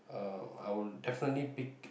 uh I will definitely pick